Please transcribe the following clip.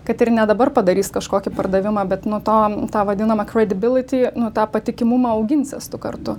kad ir ne dabar padarys kažkokį pardavimą bet nu to tą vadinamą credibility nu tą patikimumą auginsies tu kartu